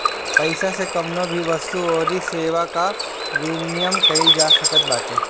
पईसा से कवनो भी वस्तु अउरी सेवा कअ विनिमय कईल जा सकत बाटे